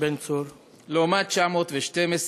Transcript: לעומת 912